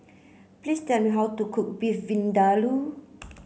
please tell me how to cook Beef Vindaloo